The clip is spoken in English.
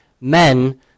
men